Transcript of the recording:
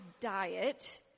diet